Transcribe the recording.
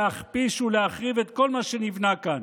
להכפיש ולהחריב את כל מה שנבנה כאן.